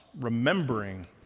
remembering